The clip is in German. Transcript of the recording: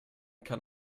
kann